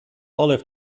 olive